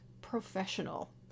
professional